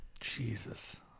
Jesus